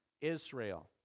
Israel